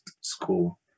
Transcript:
school